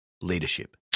leadership